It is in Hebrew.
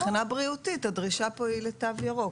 מבחינה בריאותית הדרישה כאן היא לתו ירוק.